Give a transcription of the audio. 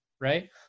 right